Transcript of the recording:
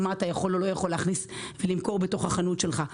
מה אתה יכול או לא יכול להכניס ולמכור בתוך החנות שלך.